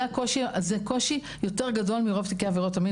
זה קושי יותר גדול מרוב תיקי עבירות המין